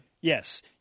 Yes